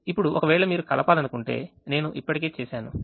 ఇప్పుడు ఒకవేళ మీరు కలపాలనుకుంటే నేను ఇప్పటికే చేసాను